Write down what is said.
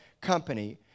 company